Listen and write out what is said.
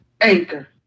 Anchor